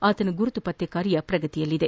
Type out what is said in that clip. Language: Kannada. ಆತನ ಗುರುತು ಪತ್ತೆ ಕಾರ್ಯ ಪ್ರಗತಿಯಲ್ಲಿದೆ